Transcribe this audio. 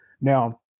Now